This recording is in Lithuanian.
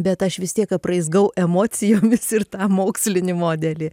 bet aš vis tiek apraizgau emocijomis ir tą mokslinį modelį